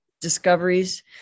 discoveries